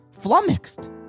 flummoxed